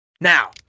now